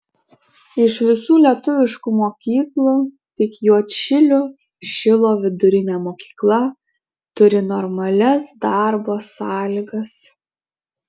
iš visų lietuviškų mokyklų tik juodšilių šilo vidurinė mokykla turi normalias darbo sąlygas